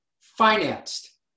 financed